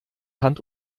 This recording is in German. hand